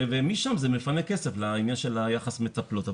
ומשם זה מפנה כסף לעניין של יחס מטפלות.